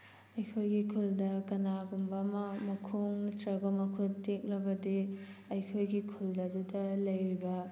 ꯑꯩꯈꯣꯏꯒꯤ ꯈꯨꯜꯗ ꯀꯅꯥꯒꯨꯝꯕ ꯑꯃ ꯃꯈꯣꯡ ꯅꯠꯇ꯭ꯔꯒ ꯃꯈꯨꯠ ꯇꯦꯛꯂꯕꯗꯤ ꯑꯩꯈꯣꯏꯒꯤ ꯈꯨꯜ ꯑꯗꯨꯗ ꯂꯩꯔꯤꯕ